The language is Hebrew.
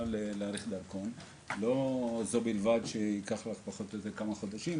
להאריך היום דרכון לא זו בלבד שייקח לך לפחות כמה חודשים,